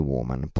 Woman